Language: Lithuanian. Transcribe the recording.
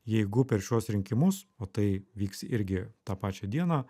jeigu per šiuos rinkimus o tai vyks irgi tą pačią dieną